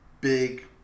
big